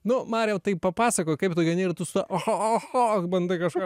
nu mariau tai papasakok kaip tu gyveni ir tu su oho bandai kažką